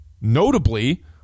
Notably